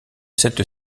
cette